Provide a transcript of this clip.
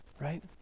right